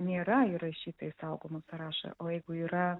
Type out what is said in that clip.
nėra įrašyta į saugomų sąrašą o jeigu yra